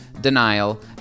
denial